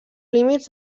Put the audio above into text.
límits